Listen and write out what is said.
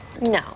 No